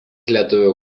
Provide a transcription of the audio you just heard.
lietuvių